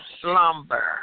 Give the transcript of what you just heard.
slumber